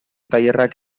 tailerrak